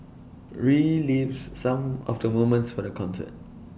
relives some of the moments for the concert